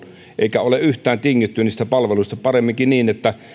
eikä ole yhtään tingitty niistä palveluista paremminkin niin että